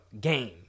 game